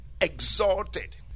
exalted